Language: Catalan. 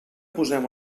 posem